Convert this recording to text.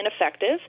ineffective